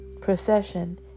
procession